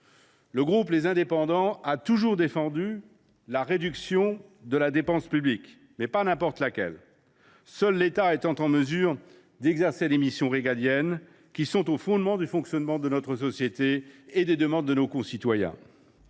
Le groupe Les Indépendants a toujours défendu la réduction de la dépense publique, mais non de n’importe quelle dépense publique. En effet, seul l’État est en mesure d’exercer les missions régaliennes, qui sont au fondement du fonctionnement de notre société et au cœur des demandes de nos concitoyens.